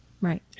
Right